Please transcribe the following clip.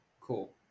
Cool